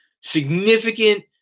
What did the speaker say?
significant